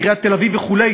עיריית תל-אביב וכו'